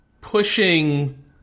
pushing